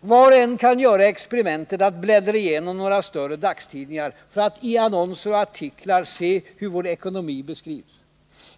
Var och en kan göra experimentet att bläddra igenom några större dagstidningar för att — i annonser och artiklar — se hur vår ekonomi beskrivs.